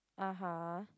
(uh huh)